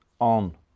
on